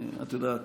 את יודעת,